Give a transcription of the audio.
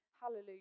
hallelujah